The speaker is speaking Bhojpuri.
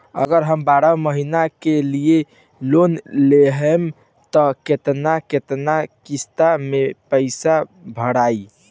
अगर हम बारह महिना के लोन लेहेम त केतना केतना किस्त मे पैसा भराई?